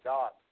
God